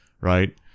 right